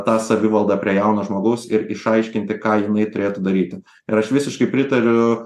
tą savivaldą prie jauno žmogaus ir išaiškinti ką jinai turėtų daryti ir aš visiškai pritariu